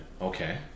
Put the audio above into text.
Okay